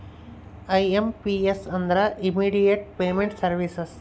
IMPS ಅಂದ್ರ immediate payment services